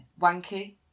Wanky